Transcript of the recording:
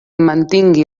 mantingui